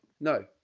No